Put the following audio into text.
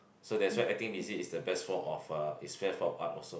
so that's why acting busy is the best form of uh it's best for art also